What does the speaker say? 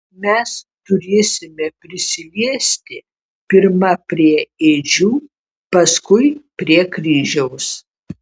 mes turėsime prisiliesti pirma prie ėdžių paskui prie kryžiaus